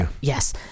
Yes